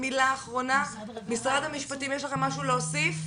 משרד המשפטים יש לכם משהו להוסיף?